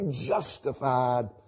justified